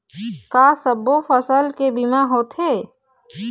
का सब्बो फसल के बीमा होथे?